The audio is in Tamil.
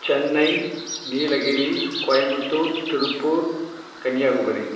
சென்னை நீலகிரி கோயமுத்தூர் திருப்பூர் கன்னியாகுமரி